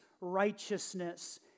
righteousness